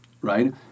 right